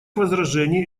возражений